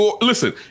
Listen